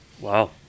Wow